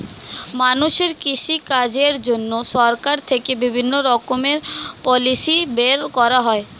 মানুষের কৃষি কাজের জন্য সরকার থেকে বিভিন্ন রকমের পলিসি বের করা হয়